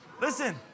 Listen